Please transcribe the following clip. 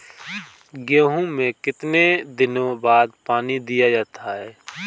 गेहूँ में कितने दिनों बाद पानी दिया जाता है?